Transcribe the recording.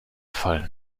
fall